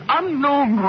unknown